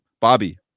Bobby